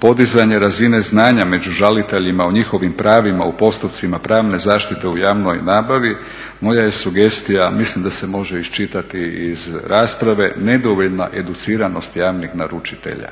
podizanje razine znanja među žaliteljima o njihovim pravima u postupcima pravne zaštite u javnoj nabavi, moja je sugestija a mislim da se može iščitati iz rasprave nedovoljna educiranost javnih naručitelja.